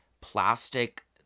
plastic